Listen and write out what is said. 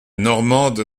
normande